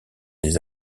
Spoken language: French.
des